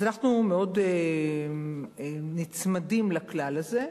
אז אנחנו נצמדים לכלל הזה,